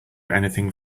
anything